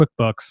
QuickBooks